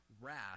wrath